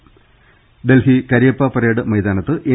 New Delhi Cariappa parade മൈതാനത്ത് N